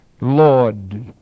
Lord